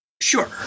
Sure